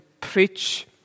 preach